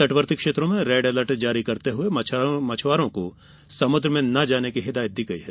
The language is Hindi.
तटवर्ती क्षेत्रों में रेड अलर्ट जारी करते हुए मछुआरों को समुद्र में न जाने की हिदायत दी गई है